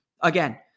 again—